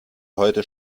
heute